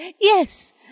yes